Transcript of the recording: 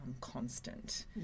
constant